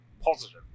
positive